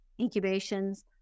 incubations